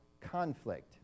conflict